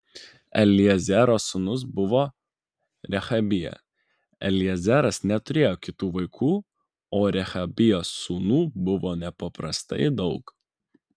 eliezero sūnus buvo rehabija eliezeras neturėjo kitų vaikų o rehabijos sūnų buvo nepaprastai daug